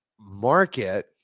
market